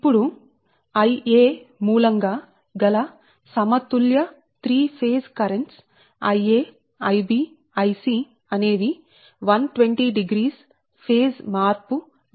ఇప్పుడు Ia మూలం గా గల సమతుల్య 3 phase current Ia Ib Ic అనేవి 1200 ఫేజ్ మార్పు వ్యత్యాసం తో ఉంటాయి